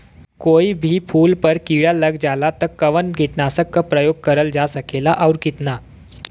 कोई भी फूल पर कीड़ा लग जाला त कवन कीटनाशक क प्रयोग करल जा सकेला और कितना?